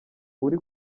uri